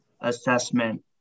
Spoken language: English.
assessment